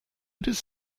does